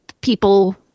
People